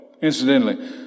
Incidentally